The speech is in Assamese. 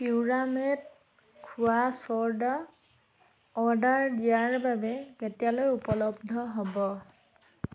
পিউৰামেট খোৱা ছ'ডা অৰ্ডাৰ দিয়াৰ বাবে কেতিয়ালৈ উপলব্ধ হ'ব